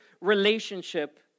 relationship